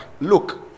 look